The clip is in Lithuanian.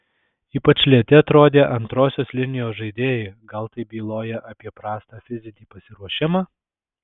ypač lėti atrodė antrosios linijos žaidėjai gal tai byloja apie prastą fizinį pasiruošimą